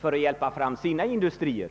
för att få industrier.